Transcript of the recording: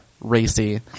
racy